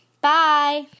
Bye